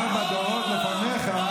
ארבעה דורות לפניך,